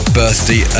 birthday